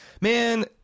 man